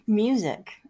Music